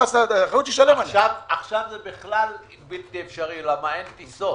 עכשיו זה בכלל בלתי אפשרי כי אין טיסות.